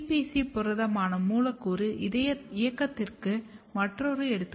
CPC புரதமான மூலக்கூறு இயக்கத்திற்கு மற்றொரு எடுத்துக்காட்டு